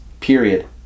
period